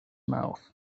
mouth